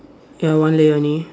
ya one layer only